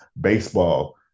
baseball